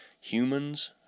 humans